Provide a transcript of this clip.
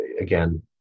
again